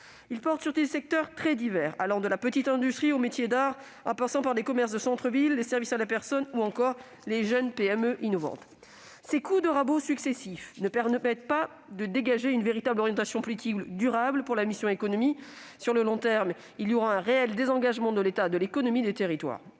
portent sur des secteurs très divers, allant de la petite industrie aux métiers d'arts, en passant par les commerces de centre-ville, les services à la personne ou encore les jeunes PME innovantes. Les coups de rabot successifs ne permettent pas de dégager d'orientation politique durable pour la mission « Économie ». Sur le long terme, il faut prévoir un réel désengagement de l'État qui laissera les territoires